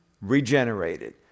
regenerated